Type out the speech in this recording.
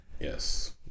Yes